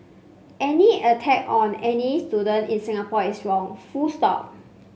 any attack on any student in Singapore is wrong full stop